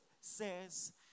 says